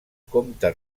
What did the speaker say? comte